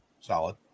solid